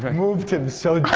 moved him so deeply.